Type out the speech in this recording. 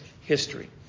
history